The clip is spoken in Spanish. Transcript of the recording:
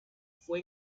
fue